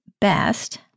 best